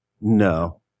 No